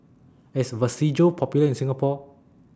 IS Vagisil Popular in Singapore